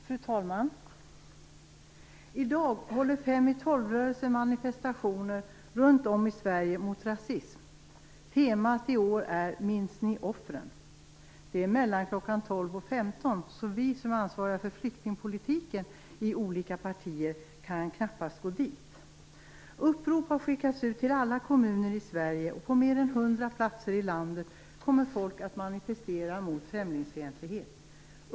Fru talman! I dag håller Fem i tolv-rörelsen manifestationer mot rasism runt om i Sverige. Temat i år är: Minns ni offren? Detta sker mellan klockan 12 och klockan 15, så vi som är ansvariga för flyktingpolitiken i olika partier kan knappast gå dit. Upprop har skickats ut till alla kommuner i Sverige, och på mer än hundra platser i landet kommer folk att manifestera mot främlingsfientlighet.